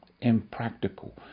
impractical